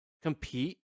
Compete